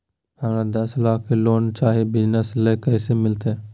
हमरा दस लाख के लोन चाही बिजनस ले, कैसे मिलते?